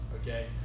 Okay